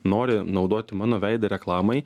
nori naudoti mano veidą reklamai